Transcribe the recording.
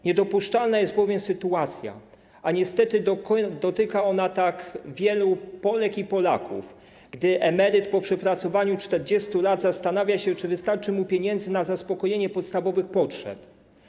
Niedopuszczalna jest bowiem sytuacja, a niestety dotyczy to tak wielu Polek i Polaków, że emeryt po przepracowaniu 40 lat zastanawia się, czy wystarczy mu pieniędzy na zaspokojenie podstawowych potrzeb.